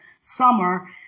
summer